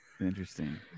Interesting